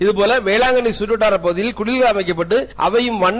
இது போல வேளாங்கண்ணி கற்று வட்டார பகுதிகளில் குடில்கள் அமைக்கப்பட்டு அலையும் வண்ண